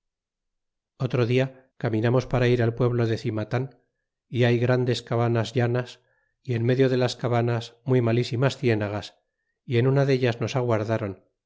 otro dia caminamos para ir al pueblo de cimatan y hay grandes cavanas llanas y en medio de las cavanas muy malísimas cienagas y en una deltas nos aguardron